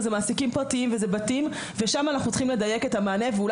אלה מעסיקים פרטיים ואלה בתים ושם אנחנו צריכים לדייק את המענה ואולי